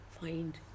find